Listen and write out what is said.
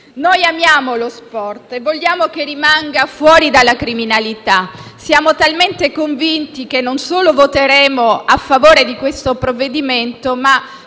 Noi amiamo lo sport e vogliamo che rimanga fuori dalla criminalità. Siamo talmente convinti di ciò che non solo voteremo a fare del provvedimento, ma